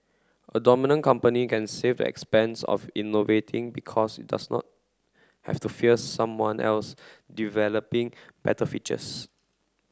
a dominant company can save the expense of innovating because it does not have to fear someone else developing better features